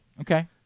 Okay